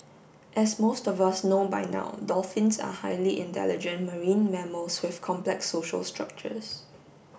as most of us know by now dolphins are highly intelligent marine mammals with complex social structures